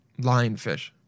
lionfish